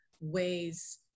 ways